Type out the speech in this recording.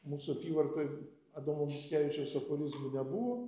mūsų apyvartoj adomo mickevičiaus aforizmų nebuvo